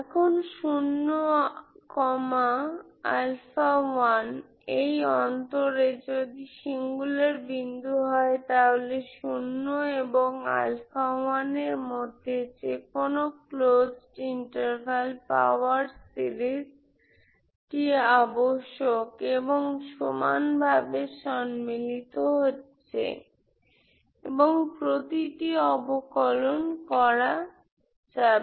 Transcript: এখন এই অন্তরে যদি সিঙ্গুলার বিন্দু হয় তাহলে '0' এবং 'α1' এর মধ্যে যেকোনো ক্লোজড ইন্টারভাল পাওয়ার সিরিজ টি আবশ্যক এবং সমানভাবে সম্মিলিত হচ্ছে এবং প্রতিটি পদের অবকলন করা যাবে